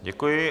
Děkuji.